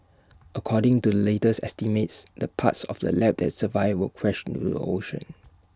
according to the latest estimates the parts of the lab that survive will crash into the ocean